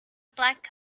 black